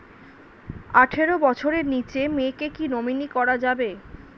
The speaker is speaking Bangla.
আঠারো বছরের নিচে মেয়েকে কী নমিনি করা যাবে?